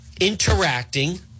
interacting